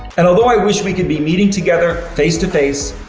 and although i wish we could be meeting together, face-to-face,